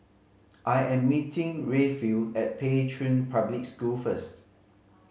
I am meeting Rayfield at Pei Chun Public School first